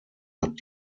hat